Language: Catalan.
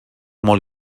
molt